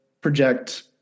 project